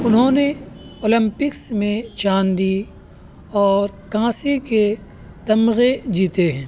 انہوں نے اولمپکس میں چاندی اور کانسے کے تمغے جیتے ہیں